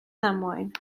ddamwain